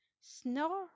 Snore